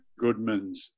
Goodmans